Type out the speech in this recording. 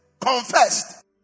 confessed